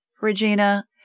Regina